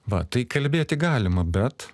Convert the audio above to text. va tai kalbėti galima bet